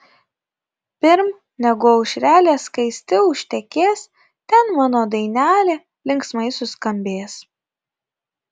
pirm negu aušrelė skaisti užtekės ten mano dainelė linksmai suskambės